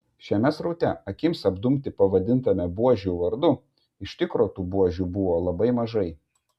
šiame sraute akims apdumti pavadintame buožių vardu iš tikro tų buožių buvo labai mažai